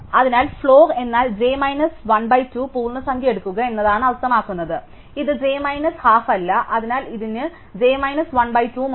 അതിനാൽ ഫ്ലോർ എന്നാൽ j minus 1 by 2 പൂർണ്ണസംഖ്യ എടുക്കുക എന്നാണ് അർത്ഥമാക്കുന്നത് അതിനാൽ ഇത് j മൈനസ് ഹാഫ് അല്ല അതിനാൽ ഇതിന് j മൈനസ് 1 ബൈ 2 ഉം ഉണ്ട്